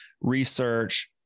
research